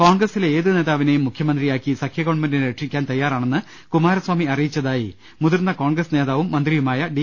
കോൺഗ്രസിലെ ഏത് നേതാവിനെയും മുഖ്യമന്ത്രിയാക്കി സഖ്യഗവൺമെന്റിനെ രക്ഷിക്കാൻ തയ്യാറാണെന്ന് കുമാരസ്വാമി അറിയിച്ചതായി മുതിർന്ന കോൺഗ്രസ് നേതാവും മന്ത്രിയുമായ ഡി